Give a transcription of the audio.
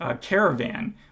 caravan